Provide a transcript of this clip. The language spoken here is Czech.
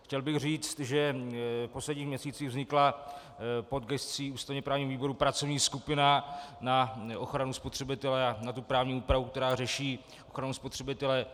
Chtěl bych říct, že v posledních měsících vznikla pod gescí ústavněprávního výboru pracovní skupina na ochranu spotřebitele a na tu právní úpravu, která řeší ochranu spotřebitele.